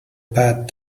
bad